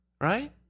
right